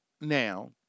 Now